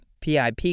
PIP